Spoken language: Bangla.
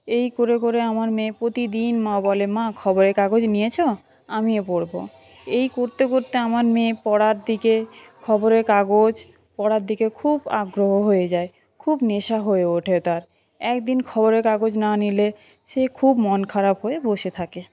এই করে করে আমার মেয়ে প্রতিদিন মা বলে মা খবরের কাগজ নিয়েছো আমিও পড়বো এই করতে করতে আমার মেয়ে পড়ার দিকে খবরের কাগজ পড়ার দিকে খুব আগ্রহ হয়ে যায় খুব নেশা হয়ে ওঠে তার একদিন খবরের কাগজ না নিলে সে খুব মন খারাপ হয়ে বসে থাকে